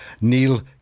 Neil